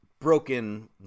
broken